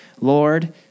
Lord